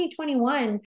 2021